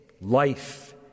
life